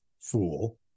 fool